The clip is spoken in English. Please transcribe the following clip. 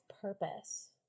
purpose